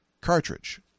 cartridge